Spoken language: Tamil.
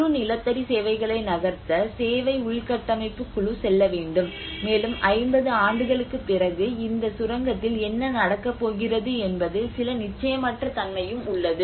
முழு நிலத்தடி சேவைகளை நகர்த்த சேவை உள்கட்டமைப்பு குழு செல்ல வேண்டும் மேலும் 50 ஆண்டுகளுக்குப் பிறகு இந்த சுரங்கத்தில் என்ன நடக்கப் போகிறது என்பதில் சில நிச்சயமற்ற தன்மையும் உள்ளது